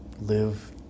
live